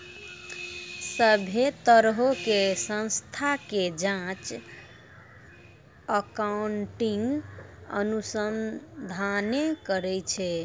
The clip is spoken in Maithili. सभ्भे तरहो के संस्था के जांच अकाउन्टिंग अनुसंधाने करै छै